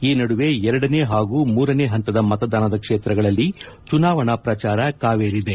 ಈ ನದುವೆ ಎರಡನೇ ಹಾಗೂ ಮೂರನೇ ಹಂತದ ಮತದಾನದ ಕ್ಷೇತ್ರಗಳಲ್ಲಿ ಚುನಾವಣಾ ಪ್ರಚಾರ ಕಾವೇರಿದೆ